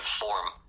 form